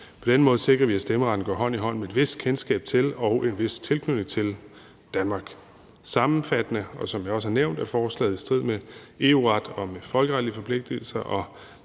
På den måde sikrer vi, at stemmeretten går hånd i hånd med et vist kendskab til og en vis tilknytning til Danmark. Sammenfattende er forslaget, hvad jeg også har nævnt, i strid med EU-retten og med folkeretlige forpligtelser,